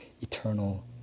eternal